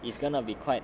it's gonna be quite